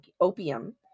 opium